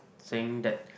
saying that